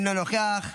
אינו נוכח,